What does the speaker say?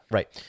Right